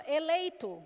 eleito